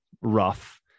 Rough